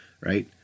right